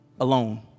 alone